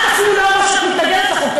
את אפילו לא אמרת שאת מתנגדת לחוק.